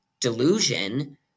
delusion